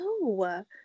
no